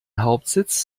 hauptsitz